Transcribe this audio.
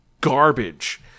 garbage